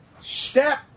step